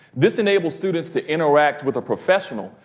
this enables students to interact with a professional,